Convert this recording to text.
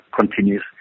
continues